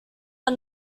are